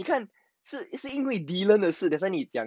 你看这是因为 dylan 的事 that's why 你讲